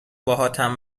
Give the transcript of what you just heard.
باهاتم